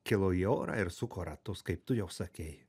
kilo į orą ir suko ratus kaip tu jau sakei